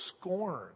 scorn